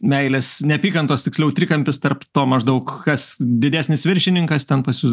meilės neapykantos tiksliau trikampis tarp to maždaug kas didesnis viršininkas ten pas jus